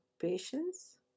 patience